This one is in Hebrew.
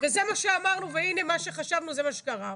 וזה מה שאמרנו והנה, מה שחשבנו זה מה שקרה.